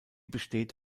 besteht